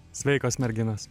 sveikos merginos